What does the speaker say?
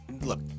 look